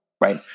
right